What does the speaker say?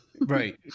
right